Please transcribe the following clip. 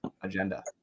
agenda